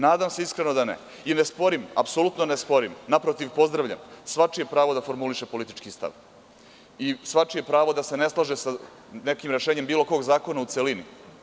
Nadam se iskreno, da ne i ne sporim, naprotiv, pozdravljam svačije je pravo da formuliše politički stav i svačije je pravo da se ne slaže sa nekim rešenjem bilo kog zakona u celini.